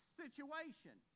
situation